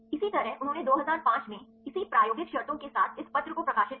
इसी तरह उन्होंने 2005 में इसी प्रायोगिक शर्तों के साथ इस पत्र को प्रकाशित किया